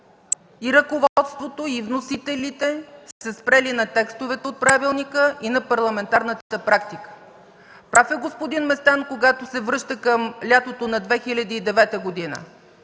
ръководството и вносителите и се бяха спрели на текстовете от правилника и на парламентарната практика. Прав е господин Местан, когато се връща към лятото на 2009 година,